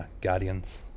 guardians